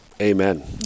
Amen